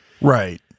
Right